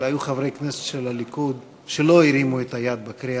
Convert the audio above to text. אבל היו חברי כנסת של הליכוד שלא הרימו את היד בקריאה